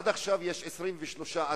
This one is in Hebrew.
עד עכשיו יש 23 עצורים.